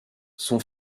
son